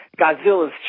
Godzilla's